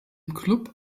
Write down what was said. club